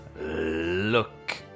Look